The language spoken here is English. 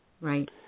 Right